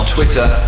Twitter